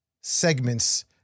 segments